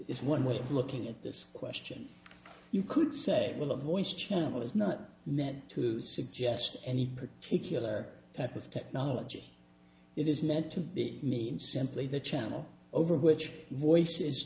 is one way of looking at this question you could say well the voice channel is not meant to suggest any particular type of technology it is meant to be mean simply the channel over which voice i